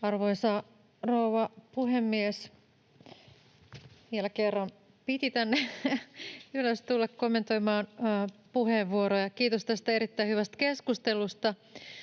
Arvoisa rouva puhemies! Vielä kerran piti tänne ylös tulla kommentoimaan puheenvuoroja. Kiitos tästä erittäin hyvästä keskustelusta.